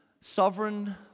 sovereign